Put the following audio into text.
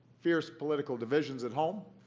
fierce political divisions at home,